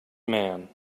man